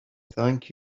thank